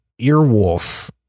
earwolf